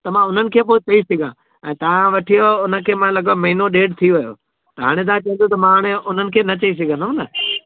त मां हुननि खे पोइ चई सघां ऐं तव्हां वठी वियो उनखे मां लॻभॻि महीनो ॾेढु थी वियो हाणे तां चवंदव त मां हाणे उननि खे न चई सघंदुमि न